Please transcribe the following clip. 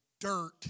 Dirt